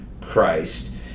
Christ